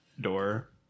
door